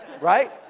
right